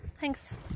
Thanks